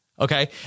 Okay